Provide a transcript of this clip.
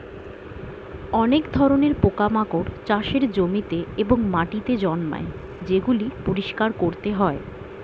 অনেক ধরণের পোকামাকড় চাষের জমিতে এবং মাটিতে জন্মায় যেগুলি পরিষ্কার করতে হয়